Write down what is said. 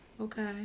okay